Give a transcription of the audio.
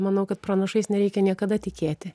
manau kad pranašais nereikia niekada tikėti